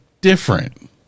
different